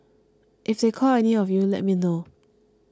if they call any of you let me know